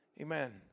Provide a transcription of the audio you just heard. amen